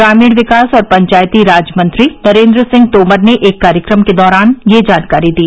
ग्रामीण विकास और पंचायतीराज मंत्री नरेन्द्र सिंह तोमर ने एक कार्यक्रम के दौरान यह जानकारी दी